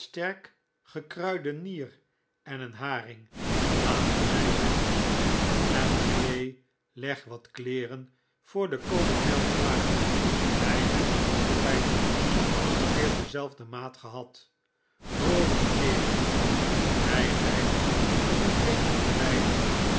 sterk gekruide nier en een haring laten wij zeggen en clay leg wat kleeren voor den kolonel klaar wij hebben altijd zoo ongeveer dezelfde maat gehad rawdon kerel en wij rijden nu geen van beiden